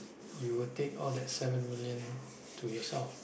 you will take all that seven million to yourself